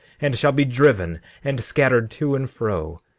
and shall be driven and scattered to and fro,